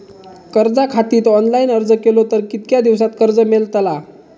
कर्जा खातीत ऑनलाईन अर्ज केलो तर कितक्या दिवसात कर्ज मेलतला?